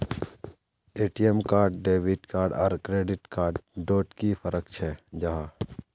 ATM card debit card आर credit card डोट की फरक जाहा?